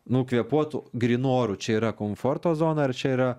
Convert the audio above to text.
nu kvėpuot grynu oru čia yra komforto zona ar čia yra